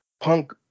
Punk